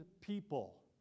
people